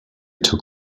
took